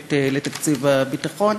המשותפת לתקציב הביטחון,